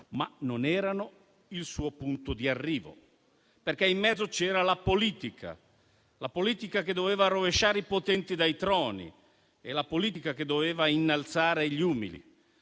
ma non erano il suo punto di arrivo, perché in mezzo c'era la politica, la politica che doveva rovesciare i potenti dai troni, la politica che doveva innalzare gli umili.